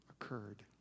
occurred